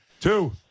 two